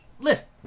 Listen